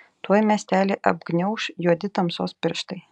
tuoj miestelį apgniauš juodi tamsos pirštai